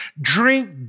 Drink